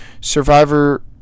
Survivor